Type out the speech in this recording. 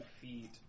feet